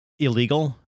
Illegal